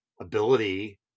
ability